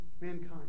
Mankind